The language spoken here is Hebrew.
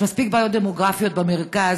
יש מספיק בעיות דמוגרפיות במרכז.